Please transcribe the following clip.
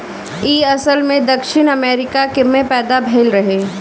इ असल में दक्षिण अमेरिका में पैदा भइल रहे